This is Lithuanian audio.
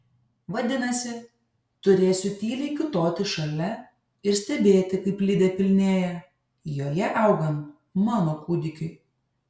vadinasi turėsiu tyliai kiūtoti šalia ir stebėti kaip lidė pilnėja joje augant mano kūdikiui